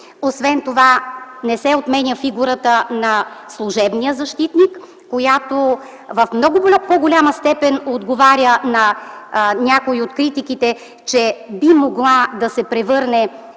освен това не се отменя фигурата на служебния защитник, която в много по-голяма степен отговаря на някои от критиките, че би могла да се превърне